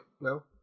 no